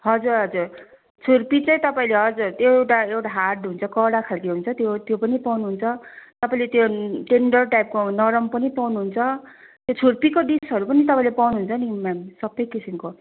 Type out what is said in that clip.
हजुर हजुर छुर्पी चाहिँ तपाईँले हजुर त्यो एउटा एउटा हार्ड हुन्छ कडा खाले हुन्छ त्यो त्यो पनि पाउनु हुन्छ तपाईँले त्यो टेन्डर टाइपको नरम पनि पाउनु हुन्छ त्यहाँ छुर्पीको डिसहरू पनि तपाईँले पाउनु हुन्छ नि मेम सब किसिमको